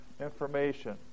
information